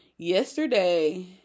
yesterday